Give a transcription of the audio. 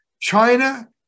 China